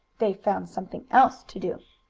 they found something else to do.